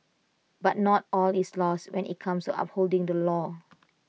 but not all is lost when IT comes to upholding the law